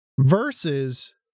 versus